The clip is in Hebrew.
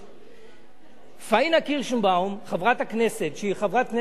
שהיא חברת כנסת מצוינת ואני מאוד משבח אותה,